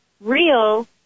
real